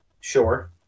Sure